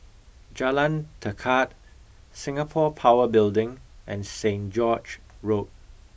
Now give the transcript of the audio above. Jalan Tekad Singapore Power Building and Saint George Road